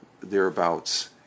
thereabouts